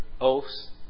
oaths